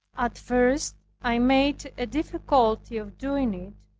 at first i made a difficulty of doing.